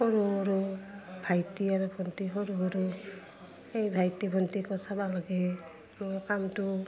সৰু সৰু ভাইটি আৰু ভণ্টি সৰু সৰু সেই ভাইটি ভণ্টিক চাব লাগে আৰু কামটো